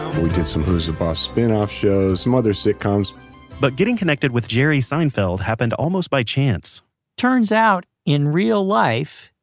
we did some who's the boss spin off shows. some other sitcoms but getting connected with jerry seinfeld happened almost by chance it turns out, in real life,